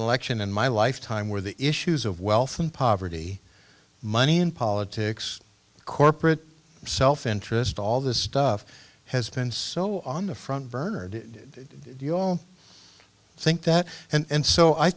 election in my lifetime where the issues of wealth and poverty money in politics corporate self interest all this stuff has been so on the front burner and you all think that and